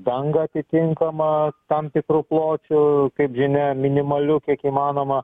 dangą atitinkamą tam tikru pločiu kaip žinia minimaliu kiek įmanoma